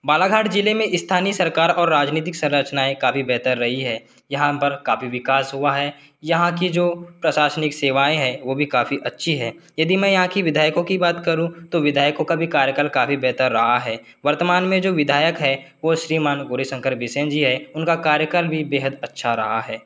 बालाघाट जिले में स्थानीय सरकार और राजनीतिक संरचनाएँ काफ़ी बेहतर रही हैं यहाँ पर काफ़ी विकास हुआ है यहाँ की जो प्रशासनिक सेवाएँ हैं वो भी काफ़ी अच्छी है यदि मैं यहाँ की विधायकों की बात करूँ तो विधायकों का भी कार्यकाल काफ़ी बेहतर रहा है वर्तमान में जो विधायक हैं वो श्रीमान भोरे शंकर बिसेन जी हैं उन का कार्यकाल भी बेहद अच्छा रहा है